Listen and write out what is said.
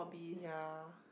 ya